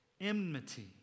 enmity